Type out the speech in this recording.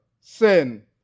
sin